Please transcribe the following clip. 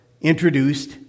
introduced